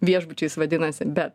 viešbučiais vadinasi bet